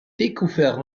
découvert